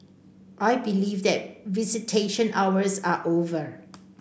I believe that visitation hours are over